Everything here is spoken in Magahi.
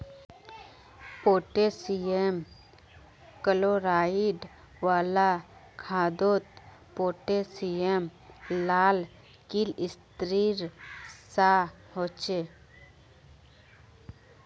पोटैशियम क्लोराइड वाला खादोत पोटैशियम लाल क्लिस्तेरेर सा होछे